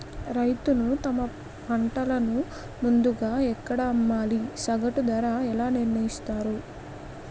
రైతులు తమ పంటను ముందుగా ఎక్కడ అమ్మాలి? సగటు ధర ఎలా నిర్ణయిస్తారు?